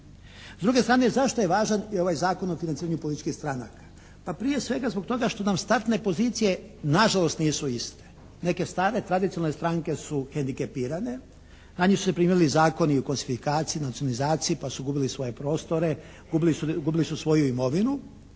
S druge strane zašto je važan i ovaj Zakon o financiranju političkih stranaka? Pa prije svega zbog toga što nam startne pozicije nažalost nisu iste. Neke stare tradicionalne stranke su hendikepirane. Na nju se primjenjuju zakoni konsifikacije, nacionalizacije pa su gubili svoje prostore, gubili su svoju imovinu.